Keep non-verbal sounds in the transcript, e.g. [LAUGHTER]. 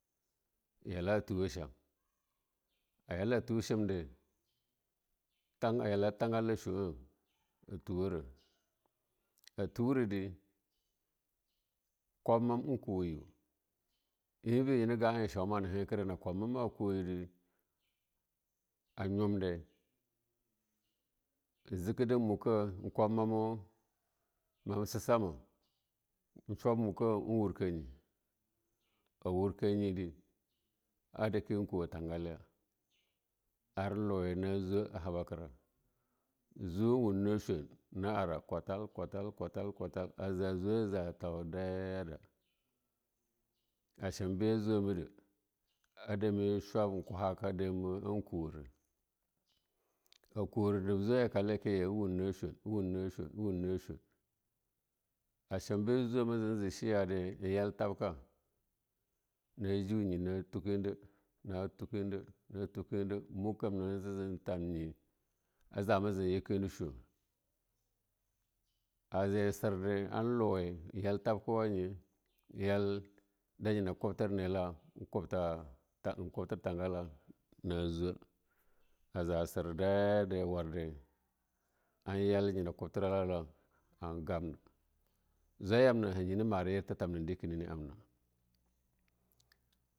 Ayala a tuwa sham a tasah ata shamde a yala tangaca chu'a a tuwara aturade kwab mam in kuwa yiu a nyubde en zeka da muka in kwam mam sesemu in chub muka en vicarka nyi in kuwa a tangalya in muna chan kwatar - kwatar - kwatar a za ajule a taunaiyada. [NOISE] Achan be jwame dai ya dai kava haka in kuwanye in wuna na hcur kwatar- kwatar kera a cham be zwa me aja za'a yi shiyada an yai tamka na tukum dir natukun dir chu'eh muka kamna ajama jen taye a jama jen jeken dir chie'e an yallnyinala na kwobtir nena in kubtara in yaltubkewa na zu aja zu daye ja sirdaiyade an yalga nela kubtirala da an gamnal zauai ya yamna hanye na mara yir tafamna na amna.